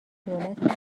دولت